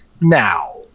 now